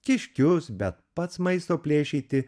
kiškius bet pats maisto plėšyti